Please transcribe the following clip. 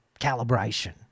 calibration